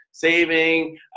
saving